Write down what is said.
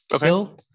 bill